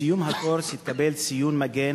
בסיום הקורס יתקבל ציון מגן,